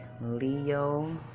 Leo